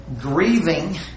Grieving